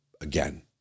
again